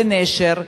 בנשר.